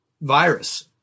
virus